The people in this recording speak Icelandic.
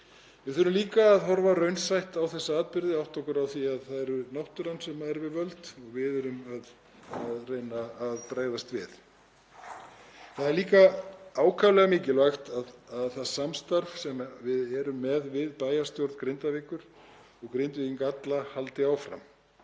Við þurfum líka að horfa raunsætt á þessa atburði og átta okkur á því að það er náttúran sem er við völd og við erum að reyna að bregðast við. Það er líka ákaflega mikilvægt að það samstarf sem við erum með við bæjarstjórn Grindavíkur og Grindvíkinga alla haldi áfram.